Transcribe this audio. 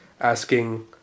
asking